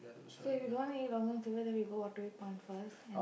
so if you don't wanna eat Long-John-Silvers then we go Waterway-Point first and